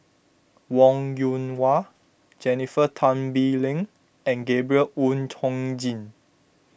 Wong Yoon Wah Jennifer Tan Bee Leng and Gabriel Oon Chong Jin